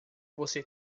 você